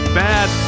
bad